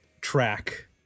track